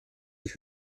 ich